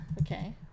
Okay